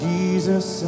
Jesus